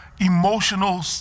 emotional